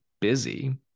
busy